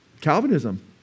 Calvinism